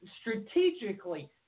strategically